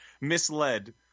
misled